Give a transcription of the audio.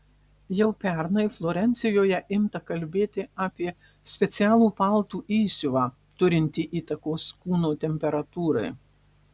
jau pernai florencijoje imta kalbėti apie specialų paltų įsiuvą turintį įtakos kūno temperatūrai